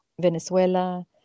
Venezuela